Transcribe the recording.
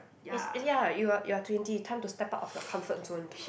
it's eh ya you are you are twenty time to step out of your comfort zone